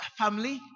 family